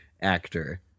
actor